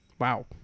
Wow